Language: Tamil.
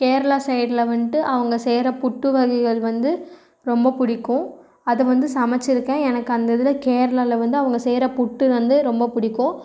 கேர்ளா சைடில் வந்துட்டு அவங்க செய்கிற புட்டு வகைகள் வந்து ரொம்ப பிடிக்கும் அது வந்து சமைச்சிருக்கேன் எனக்கு அந்த இதில் கேர்ளாவில் வந்து அவங்க செய்கிற புட்டு வந்து ரொம்ப பிடிக்கும்